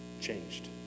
changed